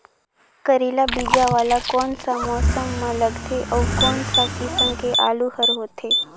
करेला बीजा वाला कोन सा मौसम म लगथे अउ कोन सा किसम के आलू हर होथे?